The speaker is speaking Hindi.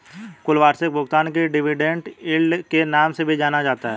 कुल वार्षिक भुगतान को डिविडेन्ड यील्ड के नाम से भी जाना जाता है